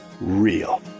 real